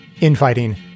infighting